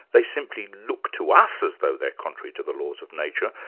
they simply looked to us as though they're contrary to the laws of nature,